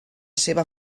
seva